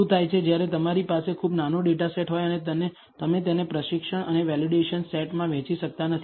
શું થાય છે જ્યારે તમારી પાસે ખૂબ નાનો ડેટા સેટ હોય અને તમે તેને પ્રશિક્ષણ અને વેલિડેશન સેટમાં વહેંચી શકતા નથી